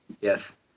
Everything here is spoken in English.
Yes